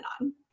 on